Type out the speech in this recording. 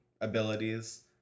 abilities